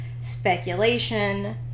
speculation